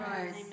Amen